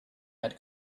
had